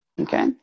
okay